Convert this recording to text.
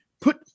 put